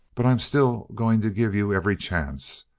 but i'm still going to give you every chance.